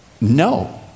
no